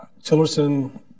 Tillerson